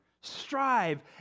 strive